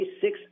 six